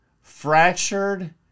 fractured